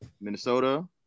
Minnesota